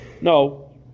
No